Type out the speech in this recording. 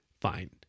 Fine